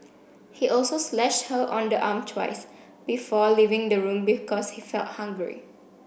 he also slashed her on the arm twice before leaving the room because he felt hungry